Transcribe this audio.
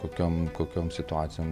kokiom kokiom situacijom